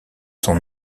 son